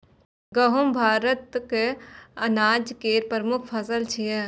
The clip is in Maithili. गहूम भारतक अनाज केर प्रमुख फसल छियै